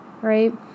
Right